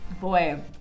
Boy